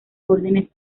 órdenes